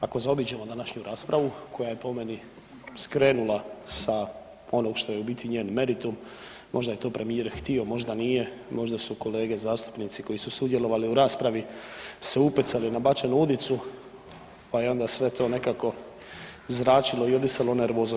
Ako zaobiđemo današnju raspravu koja je po meni skrenula sa onog što je u biti njen meritum, možda je to premijer htio, možda nije, možda su kolege zastupnici koji su sudjelovali u raspravi se upecali na bačenu udicu, pa je onda sve to nekako zračilo i odisalo nervozom.